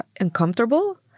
uncomfortable